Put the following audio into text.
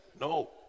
No